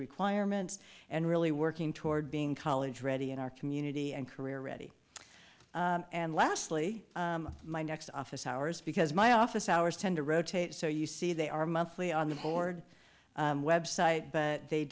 requirements and really working toward being college ready in our community and career ready and lastly my next office hours because my office hours tend to rotate so you see they are monthly on the board website but they